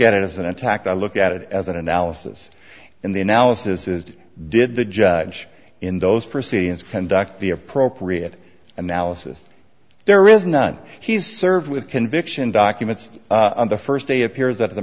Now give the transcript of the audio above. at it as an attack i look at it as an analysis and the analysis is did the judge in those proceedings conduct the appropriate analysis there is none he's served with conviction documents on the first day appears at the